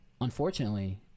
Unfortunately